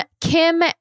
Kim